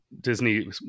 Disney